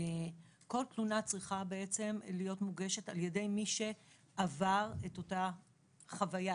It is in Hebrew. כל תלונה צריכה בעצם להיות מוגשת על ידי מי שעבר את אותה חוויה,